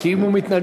כי אם הוא מתנגד,